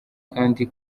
kandi